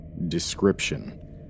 description